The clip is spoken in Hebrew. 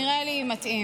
נראה לי מתאים.